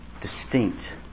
distinct